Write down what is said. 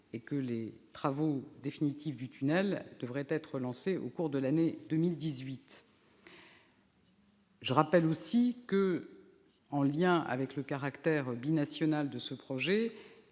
ce jour. Les travaux définitifs du tunnel devraient être lancés au cours de l'année 2018. Je rappelle aussi que, en raison de son caractère binational, le projet